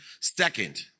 Second